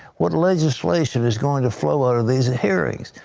what legislation is going to flow out of these hearings?